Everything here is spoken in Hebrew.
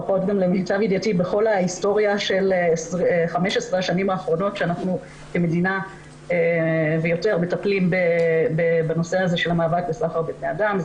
לפחות בכל ההיסטוריה של ה-15 שנה שהמדינה מטפלת בסחר בבני אדם,